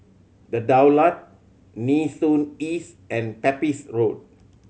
The Daulat Nee Soon East and Pepys Road